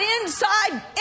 inside